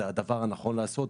זה הדבר הנכון לעשות,